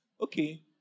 Okay